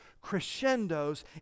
crescendos